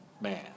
man